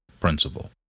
principle